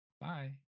bye